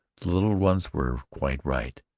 the little ones were quite right.